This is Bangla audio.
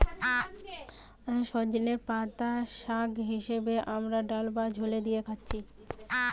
সজনের পাতা শাগ হিসাবে আমরা ডাল বা ঝোলে দিয়ে খাচ্ছি